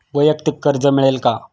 वैयक्तिक कर्ज मिळेल का?